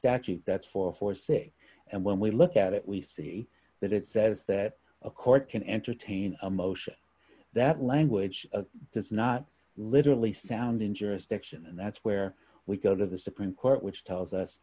statute that's four for say and when we look at it we say that it says that a court can entertain a motion that language does not literally sound in jurisdiction and that's where we go to the supreme court which tells us